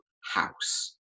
house